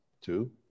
Two